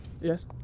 Yes